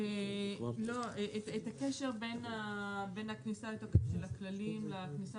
הקשר בין הכניסה לתוקף של הכללים לכניסה